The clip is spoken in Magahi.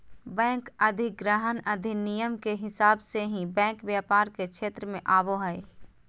बैंक अधिग्रहण अधिनियम के हिसाब से ही बैंक व्यापार के क्षेत्र मे आवो हय